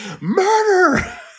Murder